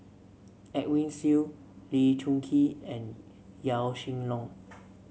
Edwin Siew Lee Choon Kee and Yaw Shin Leong